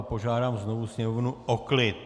Požádám znovu sněmovnu o klid!